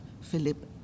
Philip